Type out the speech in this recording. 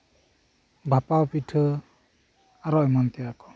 ᱵᱷᱟᱸᱯᱟᱣ ᱯᱤᱴᱷᱟᱹ ᱟᱨᱦᱚᱸ ᱮᱢᱟᱱ ᱛᱮᱭᱟᱜ ᱠᱚ